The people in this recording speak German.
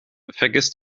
vergiss